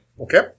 Okay